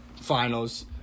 finals